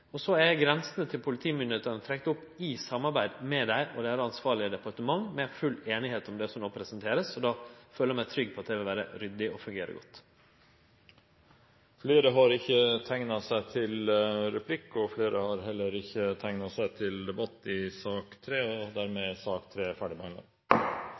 Så er grensene til politimyndigheitene trekte opp i samarbeid med dei og deira ansvarlege departement med full einigheit om det som no vert presentert. Då føler eg meg trygg på at det vil vere ryddig og fungere godt. Flere har ikke bedt om ordet til sak nr. 3. Etter ønske fra energi- og miljøkomiteen vil presidenten foreslå at taletiden begrenses til